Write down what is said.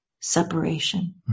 separation